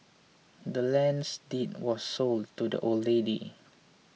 the land's deed were sold to the old lady